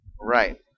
Right